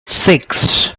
six